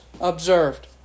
observed